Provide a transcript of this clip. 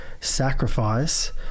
sacrifice